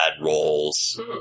roles